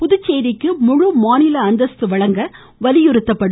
புதுச்சோிக்கு முழுமாநில அந்தஸ்து வழங்க வலியுறுத்தப்படும்